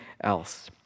else